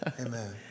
Amen